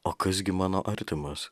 o kas gi mano artimas